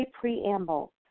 preamble